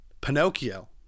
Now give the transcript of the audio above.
Pinocchio